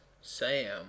Sam